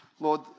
Lord